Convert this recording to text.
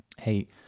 Hey